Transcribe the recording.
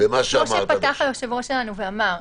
כמו שפתח היושב-ראש שלנו ואמר,